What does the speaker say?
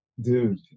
Dude